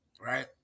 right